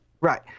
Right